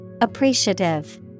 Appreciative